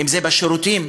אם בשירותים.